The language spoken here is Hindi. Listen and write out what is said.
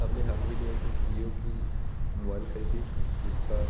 हम ने हाल ही में एक वीओ का मुबैल ख़रीदा जिसका